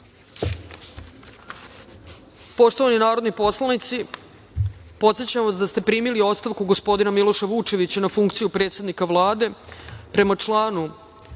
odluke. Poštovani narodni poslanici, podsećam vas da ste primili ostavku gospodina Miloša Vučevića na funkciju predsednika Vlade. Prema članu